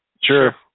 Sure